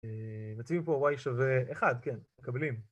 מציבים פה y שווה 1, כן, מקבלים.